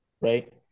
Right